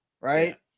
right